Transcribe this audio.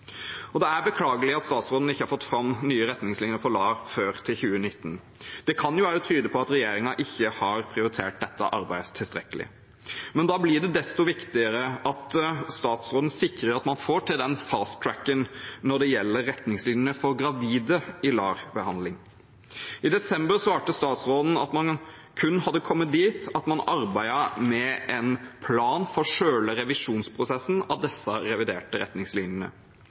Det er beklagelig at statsråden ikke har fått fram nye retningslinjer for LAR før 2019. Det kan tyde på at regjeringen ikke har prioritert dette arbeidet tilstrekkelig. Da blir det desto viktigere at statsråden sikrer at man får til den fast-tracken når det gjelder retningslinjene for gravide i LAR-behandling. I desember svarte statsråden at man kun hadde kommet dit at man arbeidet med en plan for selve revisjonsprosessen av den reviderte